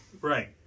Right